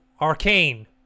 Arcane